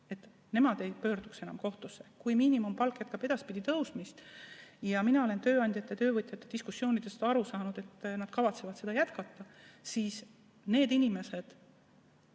nemad ei pöörduks enam kohtusse. Kui miinimumpalk jätkab edaspidi tõusmist – mina olen tööandjate ja töövõtjate diskussioonidest aru saanud, et nad kavatsevad seda jätkata –, siis need inimesed,